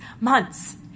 months